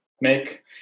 make